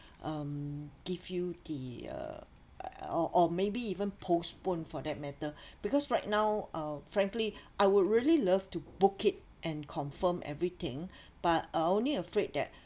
um give you the uh I or or maybe even postpone for that matter because right now uh frankly I would really love to book it and confirm everything but uh only afraid that